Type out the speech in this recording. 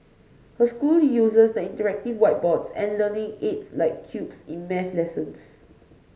her school uses the interactive whiteboard and learning aids like cubes in math lessons